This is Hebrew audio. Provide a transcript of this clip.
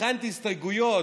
הכנתי הסתייגויות,